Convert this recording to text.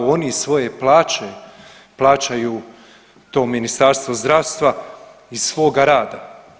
Oni iz svoje plaće plaćaju to Ministarstvo zdravstva, iz svoga rada.